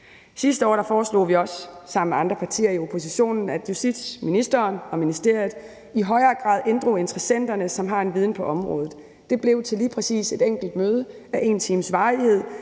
Sidste år foreslog vi også sammen med andre partier i oppositionen, at justitsministeren og ministeriet i højere grad inddrog interessenterne, som har en viden på området. Det blev til lige præcis et enkelt møde af en times varighed,